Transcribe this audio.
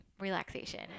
relaxation